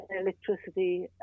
electricity